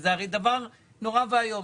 הרי זה דבר נורא ואיום.